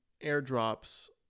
airdrops